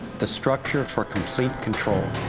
the structure for complete control.